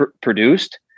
produced